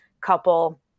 couple